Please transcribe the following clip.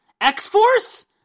X-Force